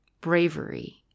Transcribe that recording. bravery